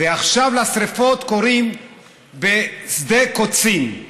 ועכשיו לשרפות קוראים בשדה קוצים.